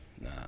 nah